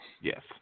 Yes